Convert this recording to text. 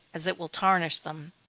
as it will tarnish them.